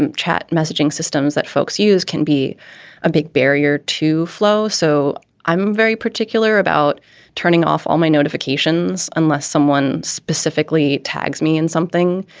and chat messaging systems that folks use can be a big barrier to flow. so i'm very particular about turning off all my notifications unless someone specifically tags me in something.